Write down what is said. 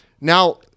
now